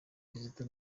kizito